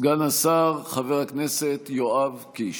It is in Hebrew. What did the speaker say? סגן השר חבר הכנסת יואב קיש.